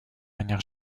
manière